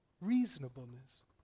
reasonableness